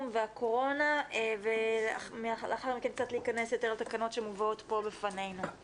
והקורונה ולאחר מכן קצת להיכנס יותר לתקנות שמובאות פה בפנינו.